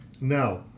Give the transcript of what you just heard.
now